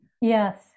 Yes